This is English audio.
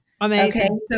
Amazing